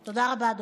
תודה רבה, אדוני.